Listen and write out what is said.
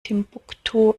timbuktu